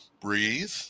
breathe